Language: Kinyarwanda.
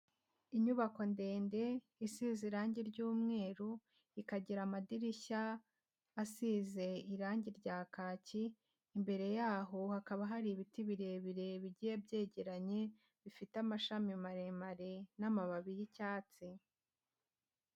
Inyubako ndende isize irange ry'umweru ikagira amadirishya asize irange rya kaki, imbere yaho hakaba hari ibiti birebire bigiye byegeranye bifite amashami maremare n'amababi y'icyatsi.